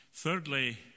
Thirdly